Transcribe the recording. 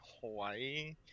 Hawaii